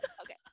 okay